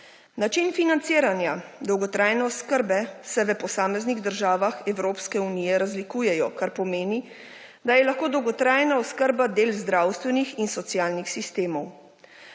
Način financiranja dolgotrajne oskrbe se v posameznih državah Evropske unije razlikujejo, kar pomeni, da je lahko dolgotrajna oskrba del zdravstvenih in socialnih sistemov.